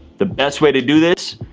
the best way to do this,